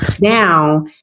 now